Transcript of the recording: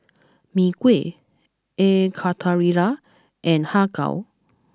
Mee Kuah air Karthira and Har Kow